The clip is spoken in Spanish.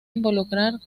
involucrar